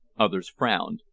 others frowned,